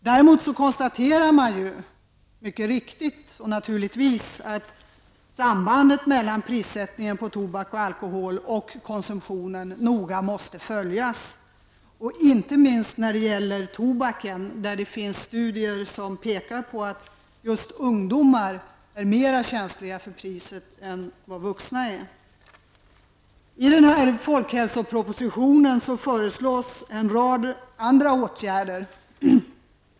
Däremot konstaterar man mycket riktigt att sambandet mellan å ena sidan prissättningen på tobak och alkohol och å andra sidan konsumtionen måste följas mycket noggrant, inte minst när det gäller tobaken där det finns studier som pekar på att just ungdomar är mer känsliga för priset än vad vuxna är. I denna folkhälsoproposition föreslås en rad andra åtgärder.